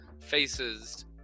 faces